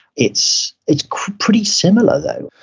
it's it's pretty similar, though.